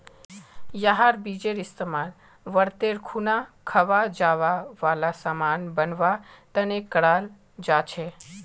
यहार बीजेर इस्तेमाल व्रतेर खुना खवा जावा वाला सामान बनवा तने कराल जा छे